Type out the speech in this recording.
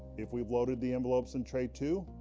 if we've loaded the envelopes in tray two